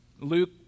Luke